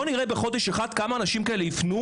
נראה בחודש אחד כמה אנשים כאלה יפנו